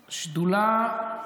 שדולה,